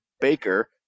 Baker